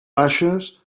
baixes